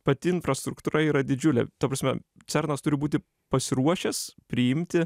pati infrastruktūra yra didžiulė ta prasme cernas turi būti pasiruošęs priimti